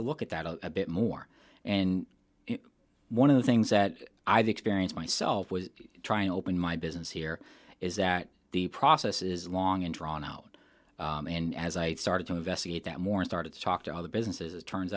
to look at that a bit more and one of the things that i've experienced myself was trying to open my business here is that the process is long and drawn out and as i started to investigate that more started to talk to other businesses it turns